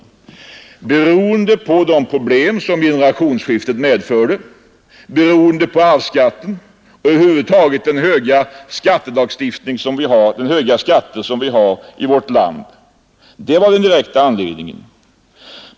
Och orsakerna till det var de problem som generationsskiftet medförde, arvsskatten och över huvud taget de höga skatter som vi har i vårt land. Det var de direkta orsakerna.